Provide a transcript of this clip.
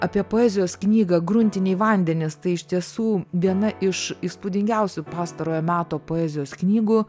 apie poezijos knygą gruntiniai vandenys tai iš tiesų viena iš įspūdingiausių pastarojo meto poezijos knygų